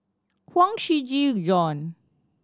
Huang Shiqi Joan